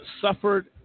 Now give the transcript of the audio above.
suffered